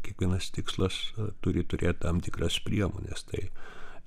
kiekvienas tikslas turi turėt tam tikras priemones tai